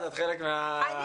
אני